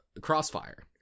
crossfire